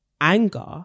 anger